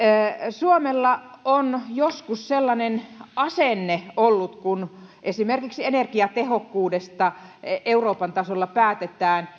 suomella on joskus sellainen asenne ollut kun esimerkiksi energiatehokkuudesta euroopan tasolla päätetään